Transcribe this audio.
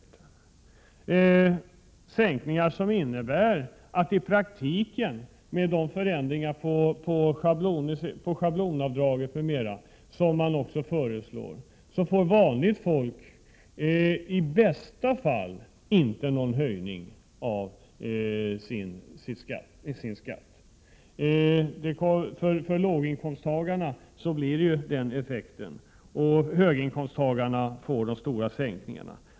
Det är sänkningar som i praktiken — med de förändringar av schablonavdraget m.m. som man också föreslår — innebär att vanligt folk i bästa fall inte får någon höjning av sin skatt. För låginkomsttagarna blir effekten däremot den, och höginkomsttagarna får de stora sänkningarna.